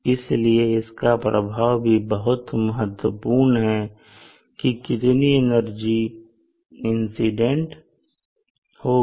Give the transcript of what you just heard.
इसलिए इसका प्रभाव भी बहुत महत्वपूर्ण है की कितनी एनर्जी इंसिडेंट होगी